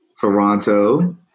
Toronto